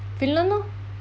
finland lor